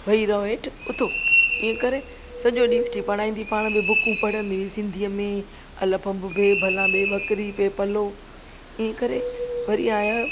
वेही रहो हेठि उथो ईअं करे सॼो ॾींहुं वेठी पढ़ाईंदी पाण बि बुकूं पढ़ंदी हुई सिंधीअ में अल भ भे भला ॿे बकरी पे पलो ईअं करे वरी आहिया